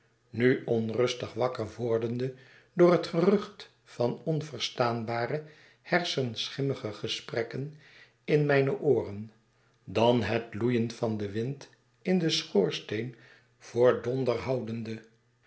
nu onrustig wakker wordende door het gerucht van onverstaanbare hersenschimmige gesprekken in mijne ooren dan het loeien van den wind in den schoorsteen voor